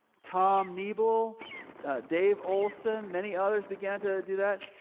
tom neeble dave olson, many others began to do that.